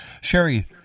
sherry